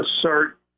assert